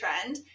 trend